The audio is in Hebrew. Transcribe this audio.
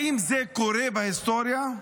האם זה קורה בהיסטוריה?